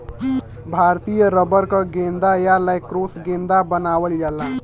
भारतीय रबर क गेंदा या लैक्रोस गेंदा बनावल जाला